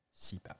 CPAP